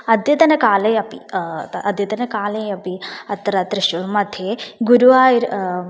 अद्यतनकाले अपि अद्यतनकाले अपि अत्र त्रिश्शुर् मध्ये गुरुवायुर्